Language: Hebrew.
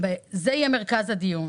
ב-זום - יהיה מרכז הדיון.